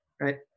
right